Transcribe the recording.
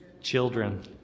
children